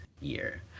year